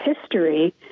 history